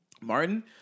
Martin